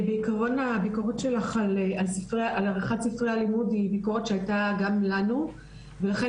בעיקרון הביקורת שלך על עריכת ספרי הלימוד היא ביקורת שהיתה גם לנו ולכן